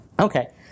Okay